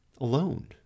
alone